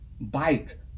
bike